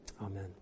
amen